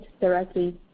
directly